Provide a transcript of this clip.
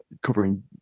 covering